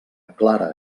clara